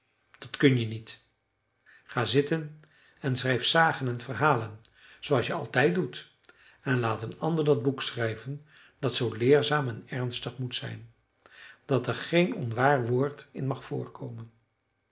dat kun je niet ga zitten en schrijf sagen en verhalen zooals je altijd doet en laat een ander dat boek schrijven dat zoo leerzaam en ernstig moet zijn dat er geen onwaar woord in mag voorkomen